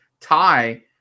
tie